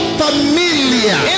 família